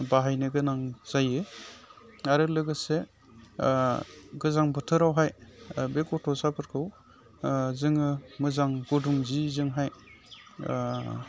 बाहायनो गोनां जायो आरो लोगोसे गोजां बोथोरावहाय बे गथ'साफोरखौ जोङो मोजां गुदुं जिजोंहाय